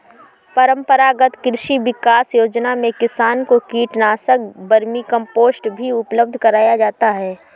परम्परागत कृषि विकास योजना में किसान को कीटनाशक, वर्मीकम्पोस्ट भी उपलब्ध कराया जाता है